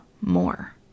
more